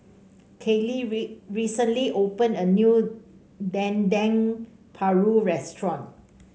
Kaleigh recently opened a new Dendeng Paru Restaurant